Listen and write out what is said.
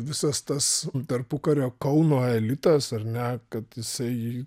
visas tas tarpukario kauno elitas ar ne kad jisai